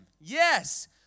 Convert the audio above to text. Yes